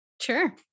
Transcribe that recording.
Sure